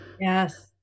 Yes